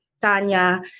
Tanya